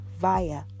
via